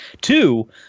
Two